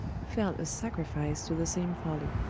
fell a sacrifice to the same folly.